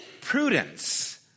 prudence